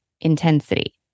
intensity